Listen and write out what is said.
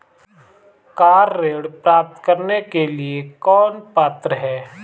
Car ऋण प्राप्त करने के लिए कौन पात्र है?